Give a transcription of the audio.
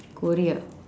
korea